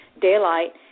daylight